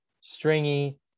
stringy